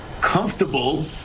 comfortable